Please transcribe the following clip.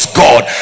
god